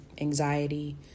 anxiety